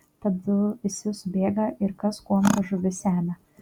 tadu visi subėga ir kas kuom tas žuvis semia